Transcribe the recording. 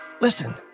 Listen